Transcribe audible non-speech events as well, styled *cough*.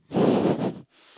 *laughs*